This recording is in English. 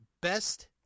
best